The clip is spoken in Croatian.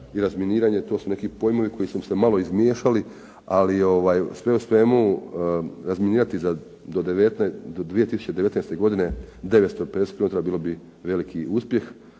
to su neki pojmovi koji su se malo izmiješali. Ali sve u svemu, razminirati do 2019. godine 950 kilometara bilo bi veliki uspjeh.